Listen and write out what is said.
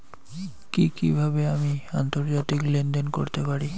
কি কিভাবে আমি আন্তর্জাতিক লেনদেন করতে পারি?